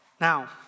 Now